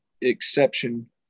exception